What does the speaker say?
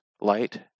light